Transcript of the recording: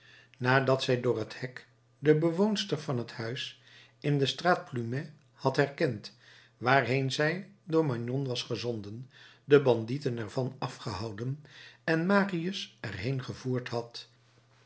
nadat zij door het hek de bewoonster van het huis in de straat plumet had herkend waarheen zij door magnon was gezonden de bandieten ervan afgehouden en marius er heen gevoerd had